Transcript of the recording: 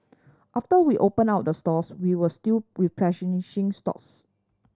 after we opened up the stores we were still stocks